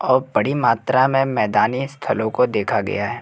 और बड़ी मात्रा में मैदानी स्थलों को देखा गया है